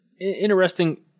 interesting